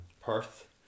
perth